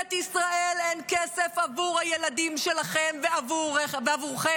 לממשלת ישראל אין כסף עבור הילדים שלכן ועבורכם.